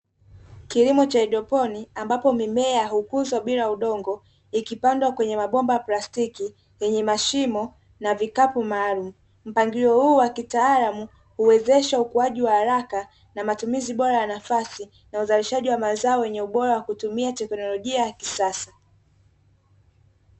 Kilimo cha haidropini ambapo mimea hukuzwa bila udongo ikipandwa kwenye mabomba ya plastiki yenye mashimo na vikapu maalumu, mpangilio huu wa kitaalamu huwezesha ukuaji wa haraka na matumizi bora ya nafasi na uzalishaji wa mazao yenye ubora kwa kutumia teknolojia ya kisasa.